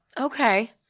Okay